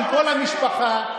כל המשפחה,